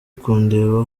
kundeba